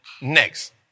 next